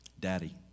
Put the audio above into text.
Daddy